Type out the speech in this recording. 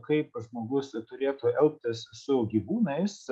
kaip tas žmogus turėtų elgtis su gyvūnais